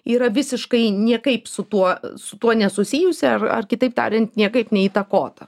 yra visiškai niekaip su tuo su tuo nesusijusi ar ar kitaip tariant niekaip neįtakota